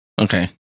Okay